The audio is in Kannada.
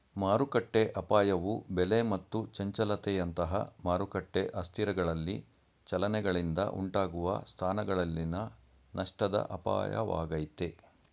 ಮಾರುಕಟ್ಟೆಅಪಾಯವು ಬೆಲೆ ಮತ್ತು ಚಂಚಲತೆಯಂತಹ ಮಾರುಕಟ್ಟೆ ಅಸ್ಥಿರಗಳಲ್ಲಿ ಚಲನೆಗಳಿಂದ ಉಂಟಾಗುವ ಸ್ಥಾನಗಳಲ್ಲಿನ ನಷ್ಟದ ಅಪಾಯವಾಗೈತೆ